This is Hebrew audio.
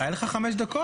היה לך חמש דקות.